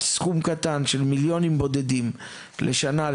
סכום קטן של מיליונים בודדים לשנה,